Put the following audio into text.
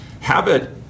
habit